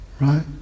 right